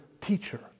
teacher